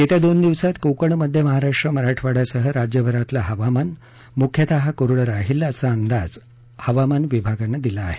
येत्या दोन दिवसात कोकण मध्य महाराष्ट्र मराठवाड्यासह राज्यभरातलं हवामान मुख्यतः कोरडं राहील असा अंदाज हवामान विभागानं दिला आहे